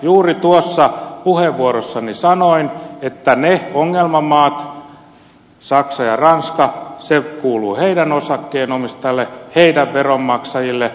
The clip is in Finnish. juuri tuossa puheenvuorossani sanoin että se kuuluu niiden ongelmamaiden saksan ja ranskan osakkeenomistajille niiden veronmaksajille